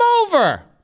over